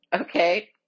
Okay